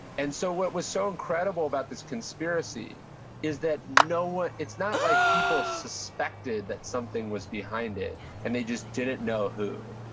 and so what was so incredible about this conspiracy is that no one, it's not like people suspected that something was behind it and they just didn't know who.